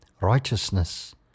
Righteousness